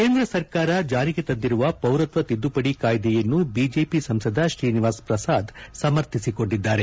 ಕೇಂದ್ರ ಸರ್ಕಾರ ಜಾರಿಗೆ ತಂದಿರುವ ಪೌರತ್ವ ತಿದ್ದುಪಡಿ ಕಾಯ್ದೆಯನ್ನು ಬಿಜೆಪಿ ಸಂಸದ ತ್ರೀನಿವಾಸ್ ಪ್ರಸಾದ್ ಸಮರ್ಥಿಸಿಕೊಂಡಿದ್ದಾರೆ